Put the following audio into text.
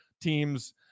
teams